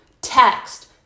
text